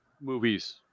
movies